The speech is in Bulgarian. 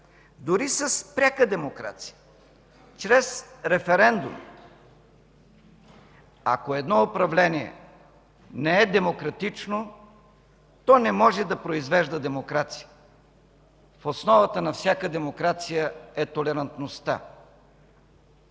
дори с пряка демокрация чрез референдуми. Ако едно управление не е демократично, то не може да произвежда демокрация. В основата на всяка демокрация е толерантността.